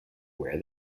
wear